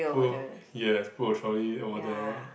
pull yes pull a trolley over there